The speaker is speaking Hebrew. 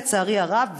לצערי הרב.